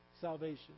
Salvation